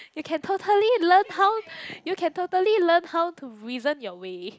you can totally learn how you can totally learn how to reason your way